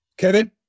Kevin